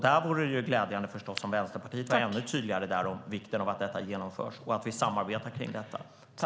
Det vore förstås glädjande om Vänsterpartiet var ännu tydligare med vikten av att detta genomförs och av att vi samarbetar om detta.